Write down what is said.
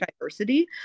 diversity